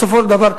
בסופו של דבר,